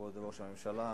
כבוד ראש הממשלה,